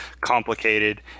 complicated